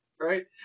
right